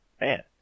Man